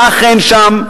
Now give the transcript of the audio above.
הוא היה אכן שם,